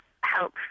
help